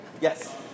Yes